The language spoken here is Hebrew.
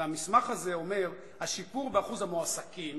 והמסמך הזה אומר: השיפור באחוז המועסקים